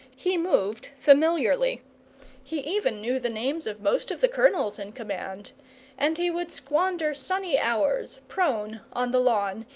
he moved familiarly he even knew the names of most of the colonels in command and he would squander sunny hours prone on the lawn,